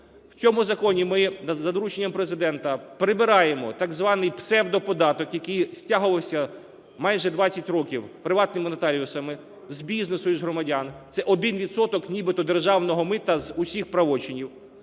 В цьому законі ми за дорученням Президента прибираємо так званийпсевдоподаток, який стягувався майже 20 років приватними нотаріусами з бізнесу і з громадян – це один відсоток нібито державного мита з усіх правочинів,